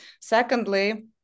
Secondly